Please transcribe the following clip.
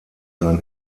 sein